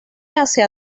hacia